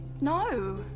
No